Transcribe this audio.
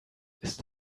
ist